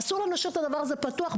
אסור לנו להשאיר את הדבר הזה פתוח,